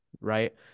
right